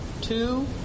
Two